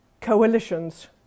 coalitions